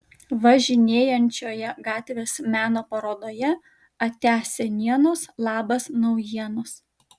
važinėjančioje gatvės meno parodoje atia senienos labas naujienos